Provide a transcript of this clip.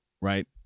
right